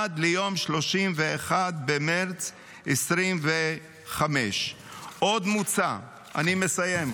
עד ליום 31 במרץ 2025. אני מסיים,